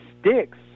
sticks